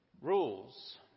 rules